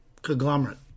conglomerate